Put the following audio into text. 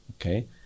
Okay